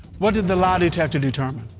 what did the lie detector determine?